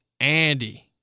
Andy